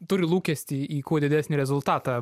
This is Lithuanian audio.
turi lūkestį į kuo didesnį rezultatą